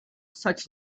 such